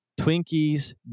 Twinkies